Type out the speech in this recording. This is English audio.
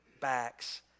backs